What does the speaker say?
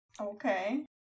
Okay